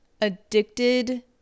addicted